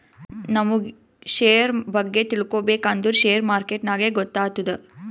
ನಮುಗ್ ಶೇರ್ ಬಗ್ಗೆ ತಿಳ್ಕೋಬೇಕ್ ಅಂದುರ್ ಶೇರ್ ಮಾರ್ಕೆಟ್ನಾಗೆ ಗೊತ್ತಾತ್ತುದ